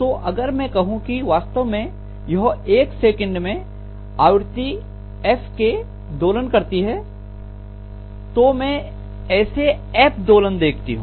तो अगर मैं कहूं की वास्तव में यह एक सेकंड में आवृत्ति f के दोलन करती है तो मैं ऐसे f दोलन देखती हूं